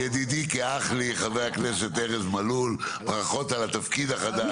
ידידי כאח לי, ארז מלול, ברכות על התפקיד החדש.